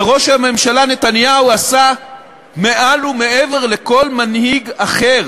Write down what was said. וראש הממשלה נתניהו עשה מעל ומעבר לכל מנהיג אחר